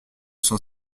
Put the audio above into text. s’en